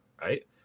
right